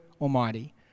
Almighty